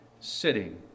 sitting